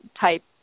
type